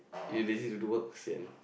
you lazy to do work sian